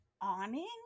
awning